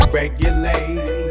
Regulate